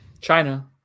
China